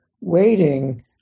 waiting